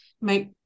make